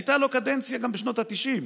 הייתה לו גם קדנציה בשנות התשעים,